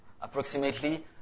approximately